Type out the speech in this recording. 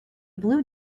blue